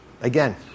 Again